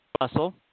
Russell